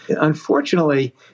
unfortunately